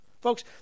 Folks